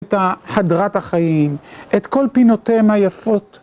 את הדרת החיים, את כל פינותיהם היפות.